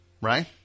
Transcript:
Right